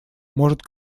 может